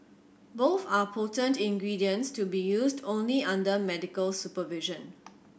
both are potent ingredients to be used only under medical supervision